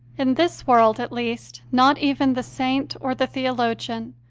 in this world, at least, not even the saint or the theologian,